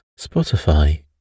Spotify